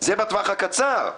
זה בטווח הקצר.